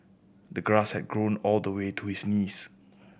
the grass had grown all the way to his knees